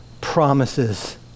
promises